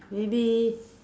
maybe